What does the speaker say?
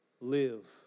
live